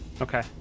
Okay